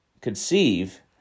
conceive